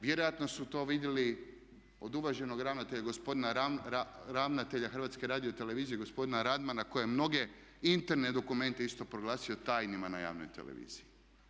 Vjerojatno su to vidjeli od uvaženog ravnatelja, gospodina ravnatelja HRT-a gospodina Radmana koji je mnoge interne dokumente isto proglasio tajnima na javnoj televiziji.